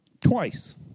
Twice